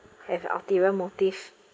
have ulterior motive